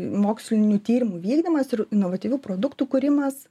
mokslinių tyrimų vykdymas ir inovatyvių produktų kūrimas